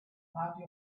party